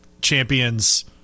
champions